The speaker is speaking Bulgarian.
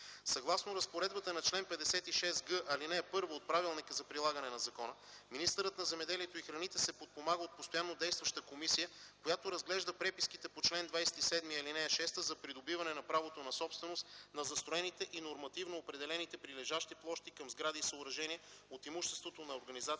Съгласно разпоредбата на чл. 56г, ал. 1 от Правилника за прилагане на закона министърът на земеделието и храните се подпомага от постоянно действаща комисия, която разглежда преписките по чл. 27, ал. 6 за придобиване на правото на собственост върху застроените и нормативно определените прилежащи площи към сгради и съоръжения от имуществото на организациите